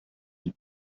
die